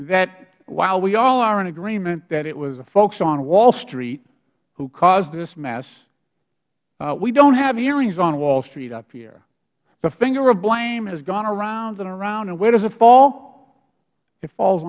that while we all are in agreement that it was the folks on wall street who caused this mess we don't have hearings on wall street up here the finger of blame has gone around and around and where does it fall it falls